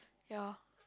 ya